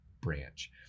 branch